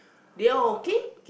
they all okay